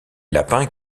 lapins